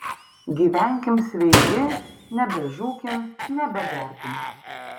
gyvenkim sveiki nebežūkim nebegerkim